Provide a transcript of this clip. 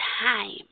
time